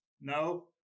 no